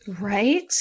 Right